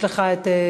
יש לך הזכות